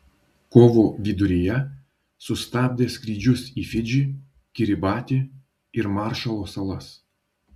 kovo viduryje sustabdė skrydžius į fidžį kiribatį ir maršalo salas